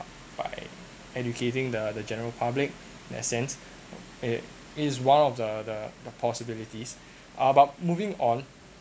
by educating the the general public in that sense it is it is one of the the the possibilities uh but moving on